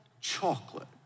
chocolate